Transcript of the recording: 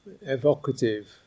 evocative